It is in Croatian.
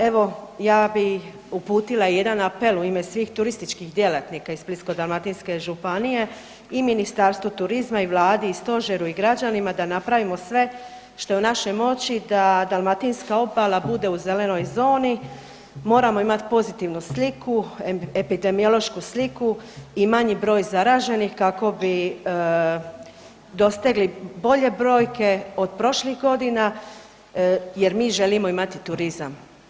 Evo ja bi uputila jedan apel u ime svih turističkih djelatnika iz Splitsko-dalmatinske županije i Ministarstvu turizma i vladi i stožeru i građanima da napravimo sve što je u našoj moći da dalmatinska obala bude u zelenoj zoni, moramo imat pozitivnu sliku, epidemiološku sliku i manji broj zaraženih kako bi dosegli bolje brojke od prošlih godina jer mi želimo imati turizam.